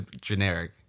generic